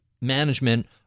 management